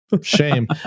Shame